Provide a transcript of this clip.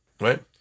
Right